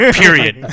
period